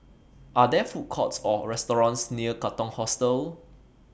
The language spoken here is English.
Are There Food Courts Or restaurants near Katong Hostel